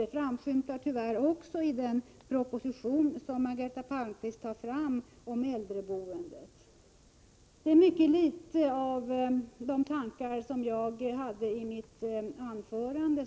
Det gäller tyvärr också den proposition som Margareta Palmqvist nämnde om äldreboendet. Där återfinns mycket litet av de tankar jag tog upp i mitt anförande.